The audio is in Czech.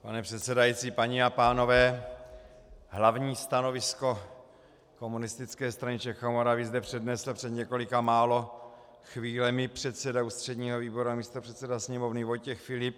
Pane předsedající, paní a pánové, hlavní stanovisko Komunistické strany Čech a Moravy zde přednesl před několika málo chvílemi předseda ústředního výboru a místopředseda Sněmovny Vojtěch Filip.